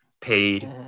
paid